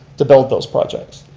to build those projects.